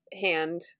hand